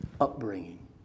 upbringing